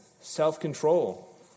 self-control